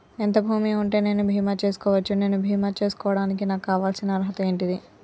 ఎంత భూమి ఉంటే నేను బీమా చేసుకోవచ్చు? నేను బీమా చేసుకోవడానికి నాకు కావాల్సిన అర్హత ఏంటిది?